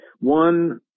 one